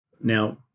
Now